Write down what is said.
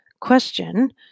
question